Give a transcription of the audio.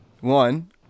one